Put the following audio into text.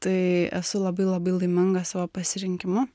tai esu labai labai laiminga savo pasirinkimu